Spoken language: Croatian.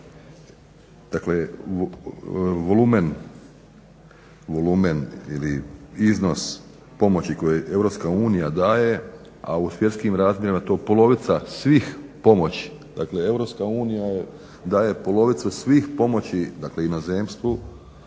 da je volumen ili iznos pomoći koju Europska unija daje, a u svjetskim razmjerima je to polovica svih pomoći. Dakle Europska unija daje polovicu svih pomoći inozemstvu